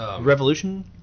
Revolution